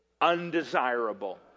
undesirable